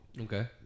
Okay